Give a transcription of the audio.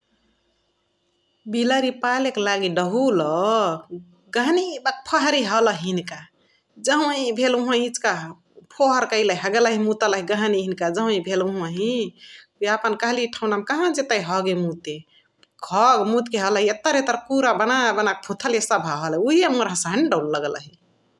बिलरी पालेक लागि डहुल गहनी बके फोहरी हलही हिनका । जहवही भेल वोहही इचिका फोहर कैहलि, हगलही मुतलही गहनी हिनका जहवही भेल वोहही । यापन कहली ठाउँनौमा कहवा जेतै हगे, मुते । हग मुतके हलहली एत्ताहार एत्ताहार कुरा बाना बानाके भोथले सब हलहली उहे मोर हसे हैने डहुल लगलही ।